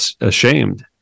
ashamed